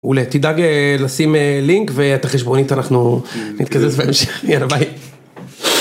אולי תדאג לשים לינק ואת החשבונית אנחנו נתקזז בהמשך יאללה ביי.